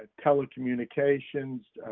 ah telecommunications,